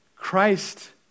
Christ